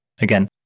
Again